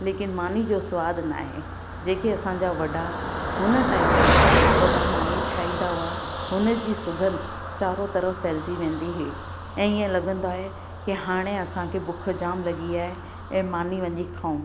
लेकिन मानी जो सवादु न आहे जेके असांजा वॾा हुन टाइम ते वॾा मानी ठाहींदा हुआ हुन जी सुगंध चारो तरफ फैलिजी वेंदी हुई ऐं ईअं लॻंदो आहे की हाणे असांखे बुख जामु लॻी आहे ऐं मानी वञी खाऊं